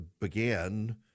began